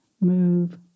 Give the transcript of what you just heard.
move